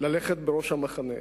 ללכת בראש המחנה.